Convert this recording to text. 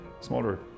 smaller